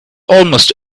almost